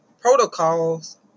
protocols